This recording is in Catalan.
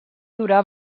durar